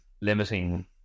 limiting